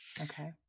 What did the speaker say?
Okay